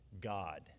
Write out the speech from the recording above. God